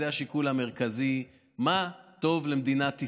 זה השיקול המרכזי: מה טוב למדינת ישראל.